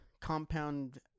compound